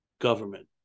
government